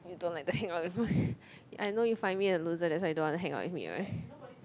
you don't like to hang out with me I know you find me a loser that's why you don't want to hang out with me [right]